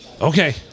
Okay